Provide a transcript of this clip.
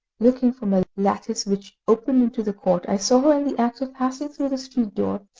looking from a lattice which opened into the court, i saw her in the act of passing through the street door,